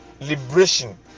liberation